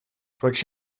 proč